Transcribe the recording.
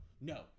no